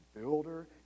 builder